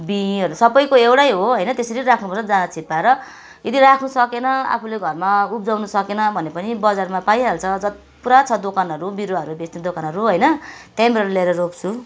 बीँहरू सबैको एउटै हो होइन त्यसरी राख्नुपर्छ दाना छिप्प्याएर यदि राख्नु सकेन आफूले घरमा उब्जाउनु सकेन भने पनि बजारमा पाइहाल्छ ज पुरा छ दोकानहरू बिरुवाहरू बेच्ने दोकानहरू होइन त्यहीँबाट ल्याएर रोप्छु